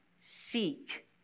seek